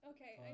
Okay